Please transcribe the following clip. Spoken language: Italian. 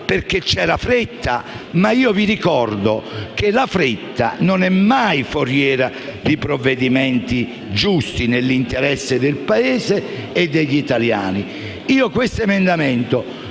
perché: c'era fretta? Vi ricordo che la fretta non è mai foriera di provvedimenti giusti, nell'interesse del Paese e degli italiani.